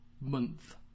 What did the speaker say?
month